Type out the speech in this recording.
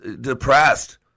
depressed